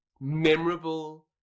memorable